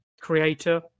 creator